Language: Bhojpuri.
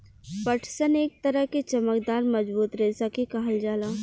पटसन एक तरह के चमकदार मजबूत रेशा के कहल जाला